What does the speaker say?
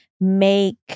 make